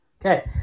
Okay